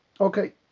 okay